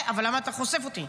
אבל למה אתה חושף אותי?